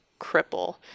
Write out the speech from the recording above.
cripple